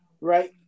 Right